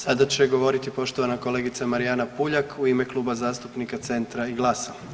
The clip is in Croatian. Sada će govoriti poštovana kolegica Marijana Puljak u ime Kluba zastupnika Centra i GLAS-a.